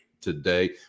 today